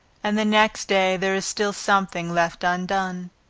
and the next day there is still something left undone.